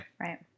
Right